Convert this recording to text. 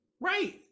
Right